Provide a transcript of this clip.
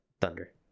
Thunder